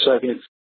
seconds